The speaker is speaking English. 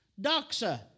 Doxa